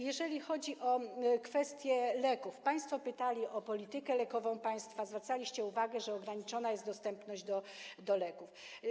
Jeżeli chodzi o kwestię leków - państwo pytali o politykę lekową państwa, zwracaliście uwagę, że ograniczona jest dostępność leków.